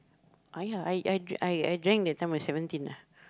I ah I I drank that time when I seventeen ah